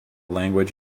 language